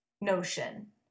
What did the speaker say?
notion